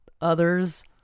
others